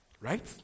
Right